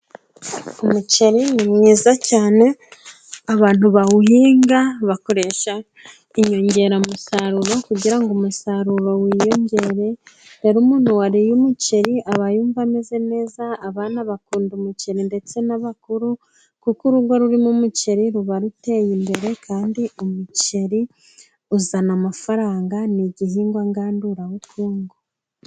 Umuceri ni mwiza cyane. Abantu bawuhinga bakoresha inyongeramusaruro kugira ngo umusaruro wiyongere. Rero umuntu wariye umuceri aba yumva ameze neza. Abana bakunda umuceri ndetse n'abakuru, kuko urugo rurimo umuceri ruba ruteye imbere. Kandi umuceri uzana amafaranga. Ni igihingwa ngandurabukungu.